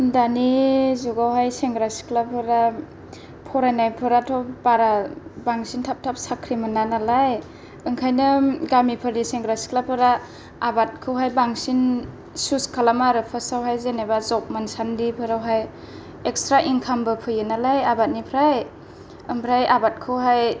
दानि जुगावहाय सेंग्रा सिख्लाफोरा फरायनायफोराथ' बारा बांसिन थाब थाब साख्रि मोना नालाय ओंखायनो गामिफोरनि सेंग्रा सिख्लाफोरा आबादखौहाय बांसिन चुछ खालामो आरो फार्सट आव हाय जेन'बा जब मोनसानदि फोरावहाय इकस्ट्रा इंखामबो फैयो नालाय आबादनिफ्राय आमफराय आबादखौहाय